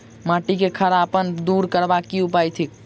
माटि केँ खड़ापन दूर करबाक की उपाय थिक?